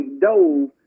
dove